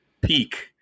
Peak